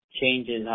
changes